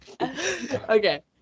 Okay